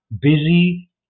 busy